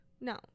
no